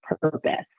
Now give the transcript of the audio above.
purpose